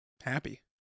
happy